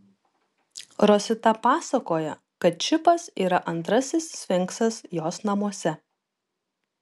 rosita pasakoja kad čipas yra antrasis sfinksas jos namuose